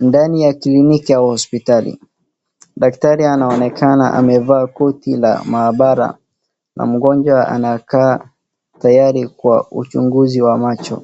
ndani ya kliniki au hospitali. Daktari anaonekana amevaa koti la maabara na mgonjwa anakaa tayari kwa uchunguzi wa macho.